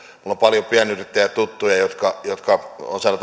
on paljon pienyrittäjätuttuja jotka jotka